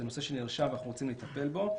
זה נושא שנרשם ואנחנו רוצים לטפל בו.